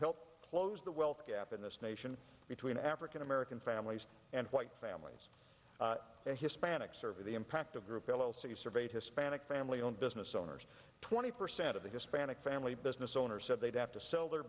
help close the wealth gap in this nation between african american families and white families and hispanic survey the impact of group l l c surveyed hispanic family owned business owners twenty percent of the hispanic family business owner said they'd have to sell their